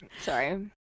sorry